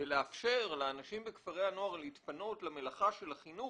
ולאפשר לאנשים בכפרי הנוער להתפנות למלאכה של החינוך,